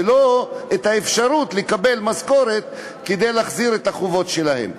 ולא את האפשרות לקבל משכורת כדי להחזיר את החובות שלהם.